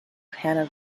hannah